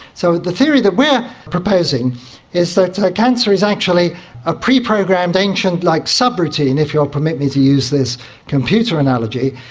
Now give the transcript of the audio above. so the theory that we are proposing is so that cancer is actually a pre-programmed ancient like subroutine, if you'll permit me to use this computer analogy,